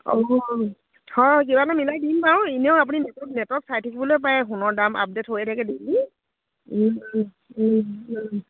অঁ হয় কিবা এটা মিলাই দিম বাৰু এনেও আপুনি নেটক নেটত চাই থাকিবলৈ পাৰে সোণৰ দাম আপডেট হৈয়ে থাকে ডেইলী